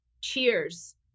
Cheers